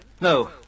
No